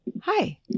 Hi